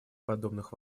подобных